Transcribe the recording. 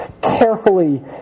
carefully